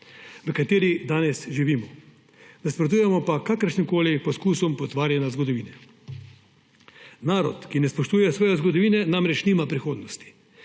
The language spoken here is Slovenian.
v kateri danes živimo. Nasprotujemo pa kakršnimkoli poskusom potvarjanja zgodovine. Narod, ki ne spoštuje svoje zgodovine, namreč nima prihodnosti.